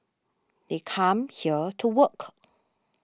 they come here to work